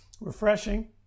refreshing